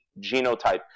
genotype